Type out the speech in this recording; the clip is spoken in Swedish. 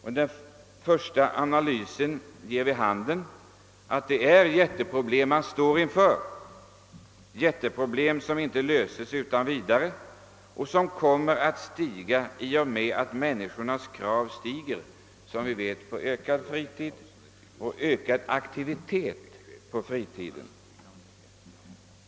Redan denna första analys ger vid handen att det är gigantiska problem som vi står inför, problem som inte löses utan vidare och som kommer att öka i takt med att människornas krav ökar både på längre fritid och ökad aktivitet under fritiden.